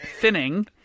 thinning